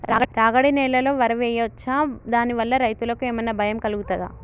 రాగడి నేలలో వరి వేయచ్చా దాని వల్ల రైతులకు ఏమన్నా భయం కలుగుతదా?